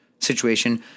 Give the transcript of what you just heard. situation